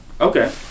Okay